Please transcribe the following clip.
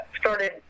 started